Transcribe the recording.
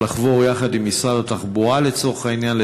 או לחבור למשרד התחבורה לצורך העניין,